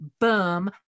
Boom